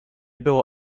było